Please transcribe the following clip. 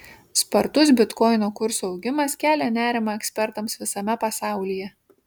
spartus bitkoino kurso augimas kelia nerimą ekspertams visame pasaulyje